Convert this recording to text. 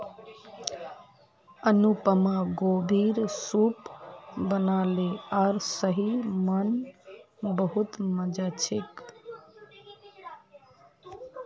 अनुपमा गोभीर सूप बनाले आर सही म न बहुत मजा छेक